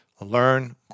learn